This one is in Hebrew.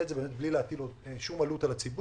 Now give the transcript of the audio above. את זה בלי להטיל שום עלות על הציבור.